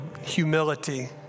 humility